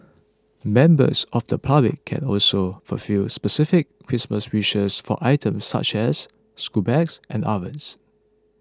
members of the public can also fulfil specific Christmas wishes for items such as school bags and ovens